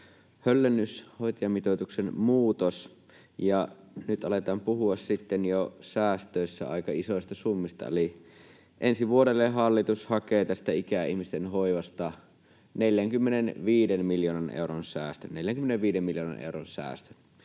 höllennys, hoitajamitoituksen muutos. Nyt aletaan puhua sitten säästöissä jo aika isoista summista, eli ensi vuodelle hallitus hakee tästä ikäihmisten hoivasta 45 miljoonan euron säästöt.